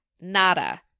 nada